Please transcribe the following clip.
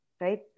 right